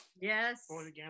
Yes